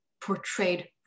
portrayed